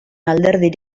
alderik